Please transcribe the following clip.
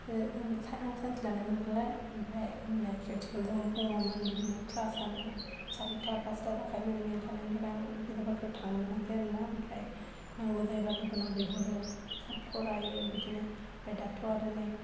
जों आं साइन्स लानायमोन नालाय ओमफ्राय मानि प्रेकटिकेल दङमोन बिदिनो क्लासआनो सारिथा फासथा जाखायोमोन मेंखानायनि थाखाय आं बिजाब बाख्रियाव थांनो मोनाखै आरो ना ओमफ्राय नांगौ जायोबा लोगोनाव बिहरो फरायो बिदिनो फाय दाथ'आरो नै